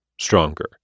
stronger